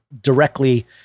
directly